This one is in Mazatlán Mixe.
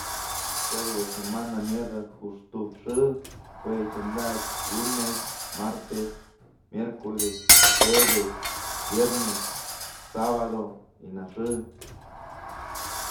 Jue yë sema myëdë juxtuk xë, jue chondakyë lunes, martes, miercoles, jueves, viernes, sabado y naxë.